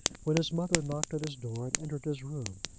when his mother knocked at his door and entered his room.